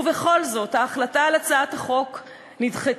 ובכל זאת, החלטה על הצעת החוק נדחתה.